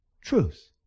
Truth